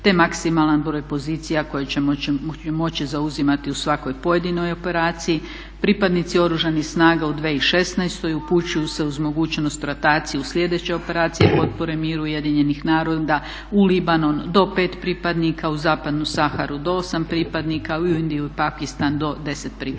te maksimalan broj pozicija koji će moći zauzimati u svakoj pojedinoj operaciji. Pripadnici Oružanih snaga u 2016. upućuju se uz mogućnost rotacije u sljedeće operacije potpore miru Ujedinjenih naroda u Libanon do 5 pripadnika, u Zapadnu Saharu do 8 pripadnika, u Indiju i Pakistan do 10 pripadnika.